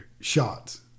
shots